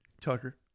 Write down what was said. Tucker